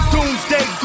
Doomsday